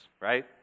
Right